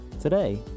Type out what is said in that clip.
today